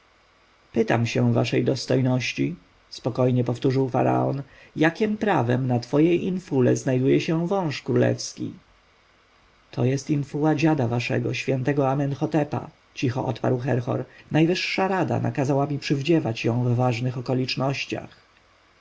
pytam się waszej dostojności spokojnie powtórzył faraon jakiem prawem na twojej infule znajduje się wąż królewski to jest infuła dziada waszego świętego amenhotepa cicho odparł herhor najwyższa rada nakazała mi przywdziewać ją w ważnych okolicznościach